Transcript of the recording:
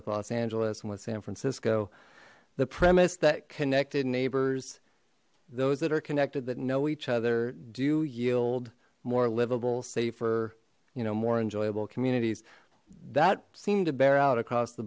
with los angeles and with san francisco the premise that connected neighbors those that are connected that know each other do yield more livable safer you know more enjoyable communities that seem to bear out across the